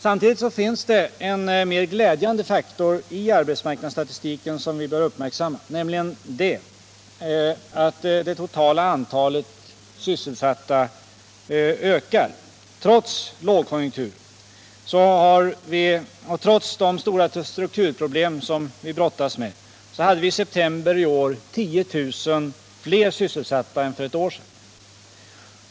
Samtidigt finns en mer glädjande faktor i arbetsmarknadsstatistiken som vi bör uppmärksamma, nämligen att det totala antalet sysselsatta ökar. Trots den lågkonjunktur vi är inne i och trots de stora strukturproblem vi brottas med, hade vi i september i år 10 000 fler sysselsatta än för ett år sedan.